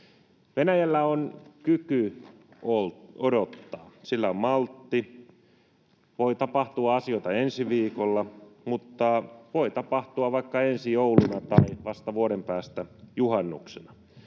Venäjällä on kyky odottaa. Sillä on maltti. Voi tapahtua asioita ensi viikolla mutta voi tapahtua vaikka ensi jouluna tai vasta vuoden päästä juhannuksena.